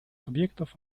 субъектов